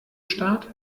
start